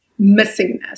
missingness